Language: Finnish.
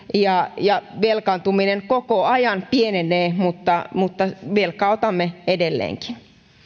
ja ja velkaantuminen koko ajan pienenee mutta mutta velkaa otamme edelleenkin